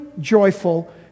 joyful